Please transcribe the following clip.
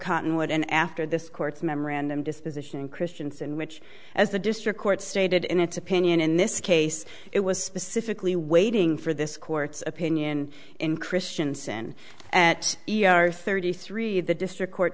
cottonwood and after this court's memorandum disposition christianson which as the district court stated in its opinion in this case it was specifically waiting for this court's opinion in christianson at thirty three the district court